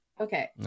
Okay